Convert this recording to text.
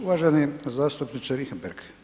U8važeni zastupnike Richembergh.